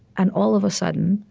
and all of a sudden,